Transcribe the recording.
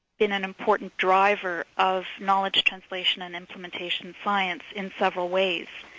been an important driver of knowledge translation and implementation science in several ways.